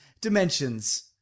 dimensions